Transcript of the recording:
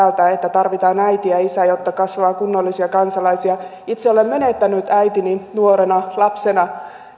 siitä että tarvitaan äiti ja isä jotta kasvaa kunnollisia kansalaisia itse olen menettänyt äitini nuorena lapsena